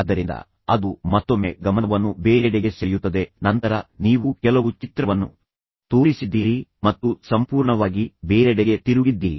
ಆದ್ದರಿಂದ ಅದು ಮತ್ತೊಮ್ಮೆ ಗಮನವನ್ನು ಬೇರೆಡೆಗೆ ಸೆಳೆಯುತ್ತದೆ ನಂತರ ನೀವು ಕೆಲವು ಚಿತ್ರವನ್ನು ತೋರಿಸಿದ್ದೀರಿ ಮತ್ತು ನೀವು ಚಿತ್ರದಲ್ಲಿ ಕಳೆದುಹೋಗಿದ್ದೀರಿ ಮತ್ತು ಸಂಪೂರ್ಣವಾಗಿ ಬೇರೆಡೆಗೆ ತಿರುಗಿದ್ದೀರಿ